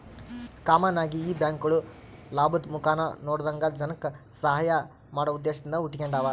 common ಆಗಿ ಈ ಬ್ಯಾಂಕ್ಗುಳು ಲಾಭುದ್ ಮುಖಾನ ನೋಡದಂಗ ಜನಕ್ಕ ಸಹಾಐ ಮಾಡೋ ಉದ್ದೇಶದಿಂದ ಹುಟಿಗೆಂಡಾವ